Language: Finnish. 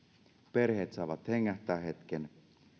perheet saavat hengähtää hetken